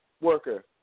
worker